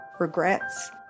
regrets